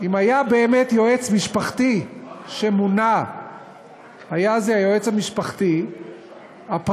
אם היה באמת יועץ משפחתי שמונה היה זה היועץ המשפחתי הפרטי,